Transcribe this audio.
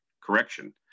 correction